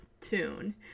tune